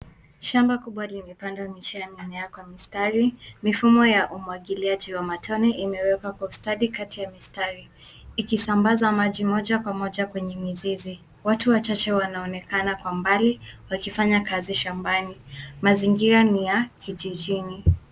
Shamba kubwa limepandwa miche ya mimea kwa mistari. Mifumo ya umwagiliaji wa matone imewekwa kwa ustadi kati ya mistari ikisambaza maji moja kwa moja kwenye mizizi. Watu wachache wanaonekana kwa mbali wakifanya kazi shambani. Mazingira ni ya kijijini.